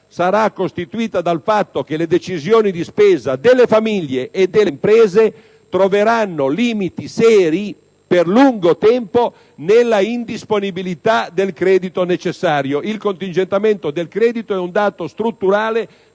sarà costituita dal fatto che le decisioni di spesa delle famiglie e delle imprese troveranno per lungo tempo limiti seri nell'indisponibilità del credito necessario. Il contingentamento del credito è un dato strutturale